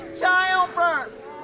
childbirth